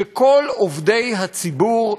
שכל עובדי הציבור,